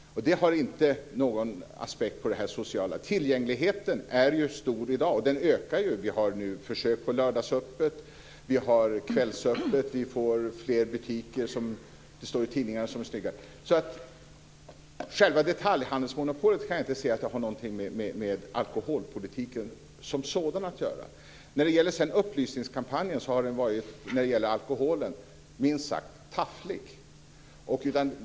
Detta har inte någon bäring på den sociala aspekten. Tillgängligheten är i dag hög. Vi har försök med lördagsöppet. Vi har kvällsöppet, och vi har enligt tidningarna fler butiker. Jag kan alltså inte se att själva detaljhandelsmonopolet har något att göra med alkoholpolitiken som sådan. Upplysningskampanjen om alkoholen har varit minst sagt tafflig.